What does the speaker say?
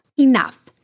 enough